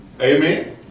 Amen